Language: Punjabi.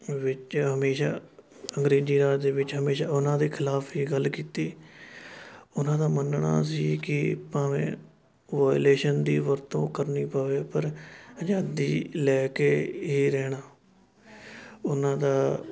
ਵਿੱਚ ਹਮੇਸ਼ਾ ਅੰਗਰੇਜ਼ੀ ਰਾਜ ਦੇ ਵਿੱਚ ਹਮੇਸ਼ਾ ਉਹਨਾਂ ਦੇ ਖਿਲਾਫ ਹੀ ਗੱਲ ਕੀਤੀ ਉਹਨਾਂ ਦਾ ਮੰਨਣਾ ਸੀ ਕਿ ਭਾਵੇਂ ਵਾਏਲੇਸ਼ਨ ਦੀ ਵਰਤੋਂ ਕਰਨੀ ਪਵੇ ਪਰ ਆਜ਼ਾਦੀ ਲੈ ਕੇ ਹੀ ਰਹਿਣਾ ਉਹਨਾਂ ਦਾ